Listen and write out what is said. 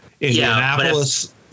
indianapolis